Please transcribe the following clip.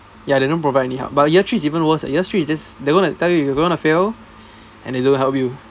ya they don't provide any help but year three's even worst leh year three is just they're gonna tell you you gonna fail and they don't help you